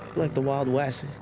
like the wild west.